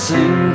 Sing